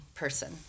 person